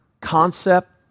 concept